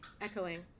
echoing